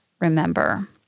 remember